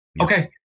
Okay